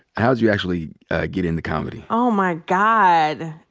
how'd you actually get into comedy? oh my god.